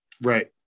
Right